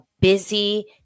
busy